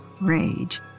rage